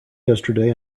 yesterday